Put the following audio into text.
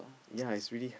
yea is really